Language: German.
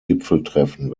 gipfeltreffen